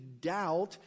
doubt